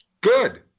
Good